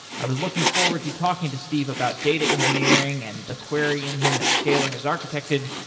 i was looking forward to talking to steve about data engineering and the query engine that scaly has architected.